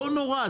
לא נורא.